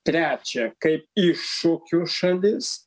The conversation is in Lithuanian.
trečia kaip iššūkių šalis